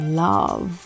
love